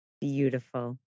Beautiful